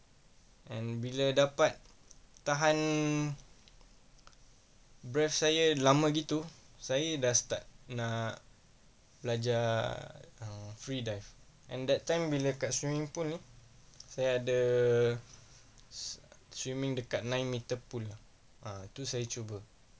and bila dapat tahan breath saya lama begitu saya nak start nak belajar uh free dive and that time bila kat swimming pool uh saya ada swimming dekat nine metre pool ah ah itu saya cuba